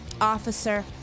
Officer